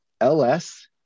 LS